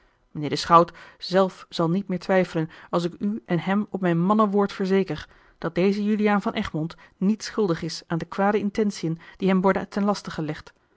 mijnheer de schout zelf zal niet meer twijfelen als ik u en hem op mijn mannenwoord verzeker dat deze juliaan van egmond niet schuldig is aan de kwade intentiën die hem worden ten laste gelegd